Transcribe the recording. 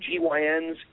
GYNs